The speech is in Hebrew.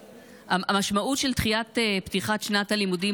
המשמעות של דחיית פתיחת שנת הלימודים